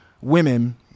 women